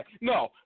No